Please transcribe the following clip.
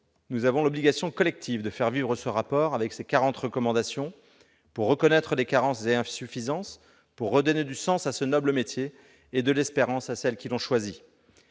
nous avons l'obligation collective de faire vivre ce rapport et ses quarante recommandations pour reconnaître les carences et insuffisances, pour redonner du sens à ce noble métier et de l'espérance à celles qui l'ont choisi.